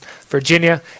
Virginia